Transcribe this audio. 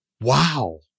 Wow